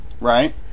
Right